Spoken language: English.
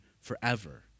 forever